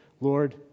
Lord